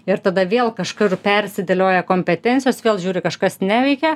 ir tada vėl kažkur persidėlioja kompetencijos vėl žiūri kažkas neveikia